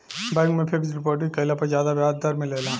bank में fixed deposit कईला पर ज्यादा ब्याज दर मिलेला